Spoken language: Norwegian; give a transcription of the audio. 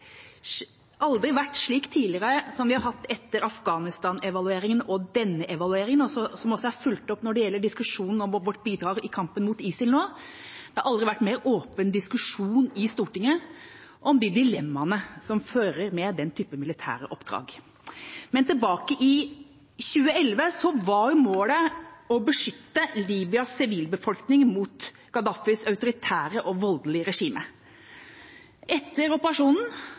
vel aldri tidligere vært – som vi har hatt etter Afghanistan-evalueringen og denne evalueringen, som også er fulgt opp i diskusjonen om vårt bidrag i kampen mot ISIL nå – en mer åpen diskusjon i Stortinget om de dilemmaene som følger med den typen militære oppdrag. Men tilbake i 2011 var målet å beskytte Libyas sivilbefolkning mot Gaddafis autoritære og voldelige regime. Etter operasjonen